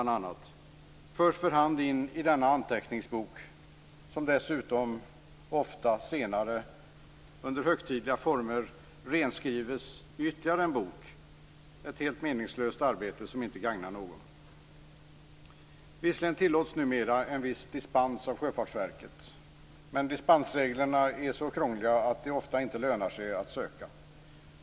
Dessa förs för hand in i denna anteckningsbok, som dessutom ofta senare under högtidliga former renskrives i ytterligare en bok. Ett helt meningslöst arbete som inte gagnar någon. Visserligen tillåts numera en viss dispens av Sjöfartsverket, men dispensreglerna är så krångliga att det ofta inte lönar sig att söka.